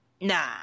Nah